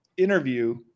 interview